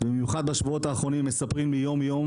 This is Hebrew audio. במיוחד בשבועות האחרונים מספרים לי יום יום